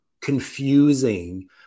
confusing